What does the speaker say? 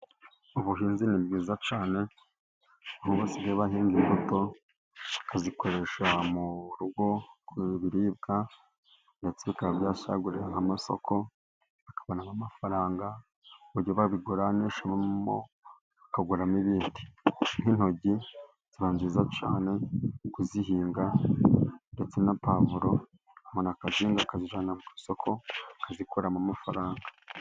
Ubuhinzi ni bwiza cyane, aho basigaye bahinga imbuto, bakazikoresha mu rugo nk'ibiribwa, ndetse bakaba basagurira n'amasoko bakavanamo amafaranga, uburyo babiguranishamo bakaguramo ibindi. Nk'intoryi ziba nziza cyane kuzihinga ndetse na pavuro, umuntu akazihinga akazijyana ku isoko akazikuramo amafaranga.